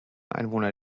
einwohner